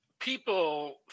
People